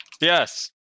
Yes